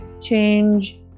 change